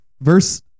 Verse